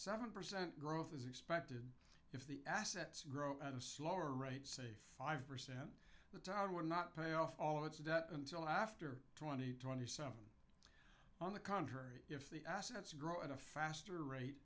seven percent growth is expected if the assets grow at a slower rate say five percent the town will not pay off all its debt until after twenty twenty seven on the contrary if the assets grow at a faster rate